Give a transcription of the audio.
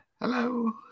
hello